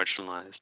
marginalized